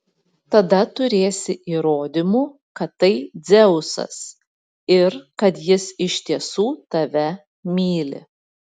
tada turėsi įrodymų kad tai dzeusas ir kad jis iš tiesų tave myli